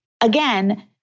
again